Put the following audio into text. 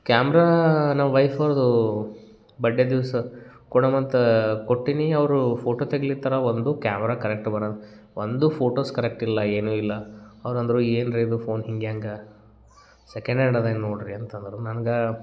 camera ನಮ್ಮ wife ಅವ್ರದ್ದು ಬಡ್ಡೆ ದಿವಸ ಕೊಡೊಣ ಅಂತ ಕೊಟ್ಟಿನಿ ಅವರು ಫೋಟೊ ತೆಗಿಲಿತ್ತರ ಒಂದೂ ಕ್ಯಾಮ್ರಾ ಕರೆಕ್ಟ್ ಬರಲ್ಲ ಒಂದೂ ಫೋಟೋಸ್ ಕರೆಕ್ಟಿಲ್ಲ ಏನೂ ಇಲ್ಲ ಅವ್ರು ಅಂದರು ಏನು ರೀ ಇದು ಫೋನ್ ಹಿಂಗ್ಯಾಂಗೆ ಸೆಕೆಂಡ್ ಹ್ಯಾಂಡ್ ಅದ ಏನು ನೋಡಿರಿ ಅಂತಂದರು ನನ್ಗೆ